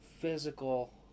physical